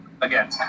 again